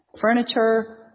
furniture